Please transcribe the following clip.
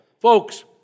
Folks